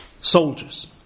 soldiers